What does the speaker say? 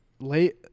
Late